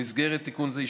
במסגרת תיקון זה,